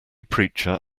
preacher